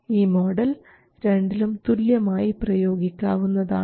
ഈ മോഡൽ രണ്ടിലും തുല്യമായി പ്രയോഗിക്കാവുന്നതാണ്